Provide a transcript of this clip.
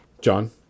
John